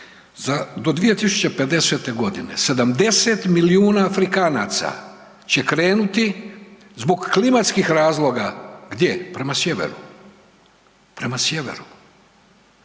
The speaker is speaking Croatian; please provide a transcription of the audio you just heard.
do 2050. godine 70 milijuna Afrikanaca će krenuti zbog klimatskih razloga, gdje, prema sjeveru, prema sjeveru.